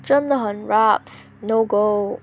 真的很 rabz no go